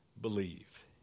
believe